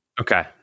Okay